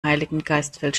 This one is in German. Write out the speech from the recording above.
heiligengeistfeld